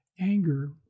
anger